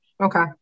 Okay